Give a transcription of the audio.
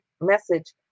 message